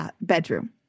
bedroom